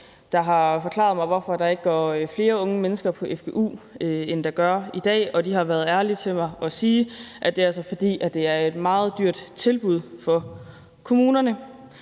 der har forklaret mig, hvorfor der ikke går flere unge mennesker på fgu, end der gør i dag, og de har været ærlige at sige, at det altså er, fordi det er et meget dyrt tilbud for kommunerne.